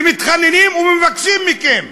ומתחננים ומבקשים מכם: